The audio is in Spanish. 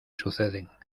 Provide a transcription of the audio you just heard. suceden